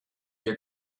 your